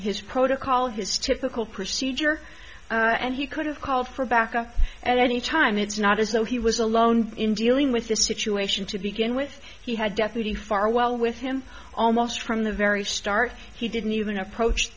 his protocol his typical procedure and he could have called for backup at any time it's not as though he was alone in dealing with this situation to begin with he had deputy farwell with him almost from the very start he didn't even approach